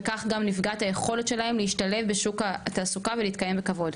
כך גם נפגעת היכולת שלהם להשתלב בעולם התעסוקה ולהתקיים בכבוד.